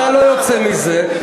אתה לא יוצא מזה.